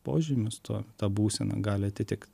požymius to ta būsena gali atitikti